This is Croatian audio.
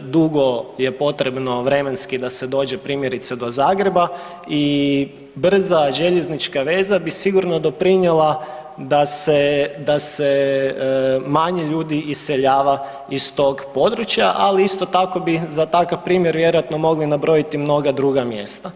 dugo je potrebno vremenski da se dođe primjerice do Zagreba i brza željeznička veza bi sigurno doprinijela da se manje ljudi iseljava iz tog područja, ali isto tako bi za takav primjer vjerojatno mogli nabrojiti mnoga druga mjesta.